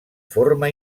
forma